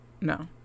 no